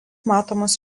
matomas